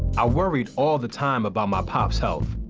i worried all the time about my pops' health.